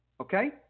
okay